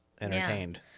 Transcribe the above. entertained